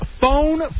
phone